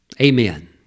Amen